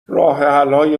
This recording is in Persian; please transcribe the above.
راهحلهای